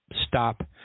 stop